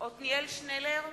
עתניאל שנלר,